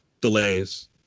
delays